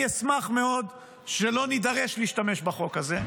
אני אשמח מאוד שלא נידרש להשתמש בחוק הזה,